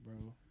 bro